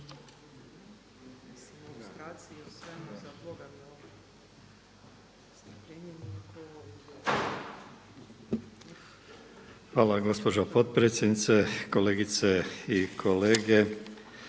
lijepa gospođo potpredsjednice, kolegice i kolege